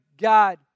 God